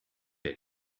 find